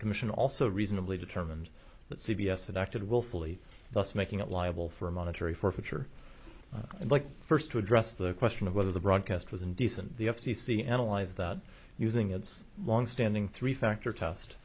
commission also reasonably determined that c b s had acted willfully thus making it liable for monetary forfeiture and like first to address the question of whether the broadcast was indecent the f c c analyzed that using its longstanding three factor test